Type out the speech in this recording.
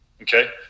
Okay